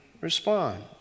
respond